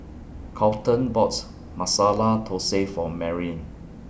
Kolten bought Masala Thosai For Merilyn